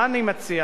מה אני מציע?